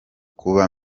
kuba